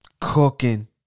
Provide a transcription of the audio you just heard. Cooking